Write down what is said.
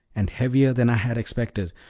and heavier than i had expected,